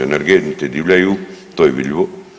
Energenti divljaju, to je vidljivo.